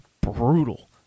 brutal